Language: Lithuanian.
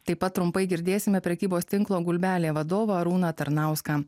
taip pat trumpai girdėsime prekybos tinklo gulbelė vadovą arūną tarnauską